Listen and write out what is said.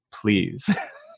please